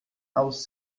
aos